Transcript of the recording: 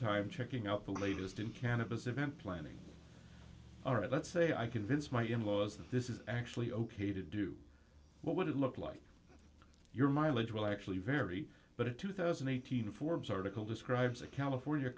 time checking out the latest in cannabis event planning all right let's say i convince my in laws that this is actually ok to do what would it look like your mileage will actually vary but in two thousand and eighteen forbes article describes a california